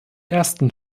ersten